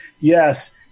Yes